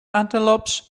antelopes